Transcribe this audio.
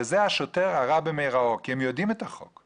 זה השוטר הרע במרעו, כי הם יודעים את החוק.